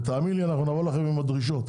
ותאמין לי אנחנו נבוא לכם עם הדרישות,